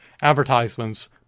Advertisements